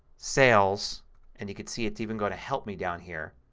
sales and you can see it's even going to help me down here.